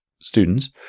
students